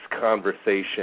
conversation